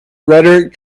rhetoric